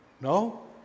No